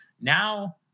Now